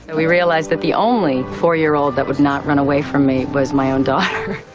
and we realized that the only four year old that would not run away from me was my own daughter.